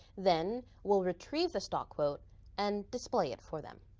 then we'll retrieve the stock quote and display it for them.